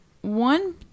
one